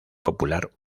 popular